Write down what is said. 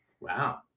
Wow